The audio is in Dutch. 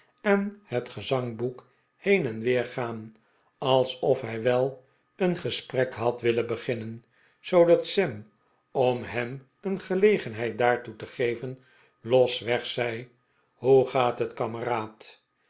en het gezangboek heen en weer gaan alsof hij wel een gesprek had willen beginnen zoodat sam om hem een gelegenheid daartoe te geven losweg zei hoe gaat het kameraad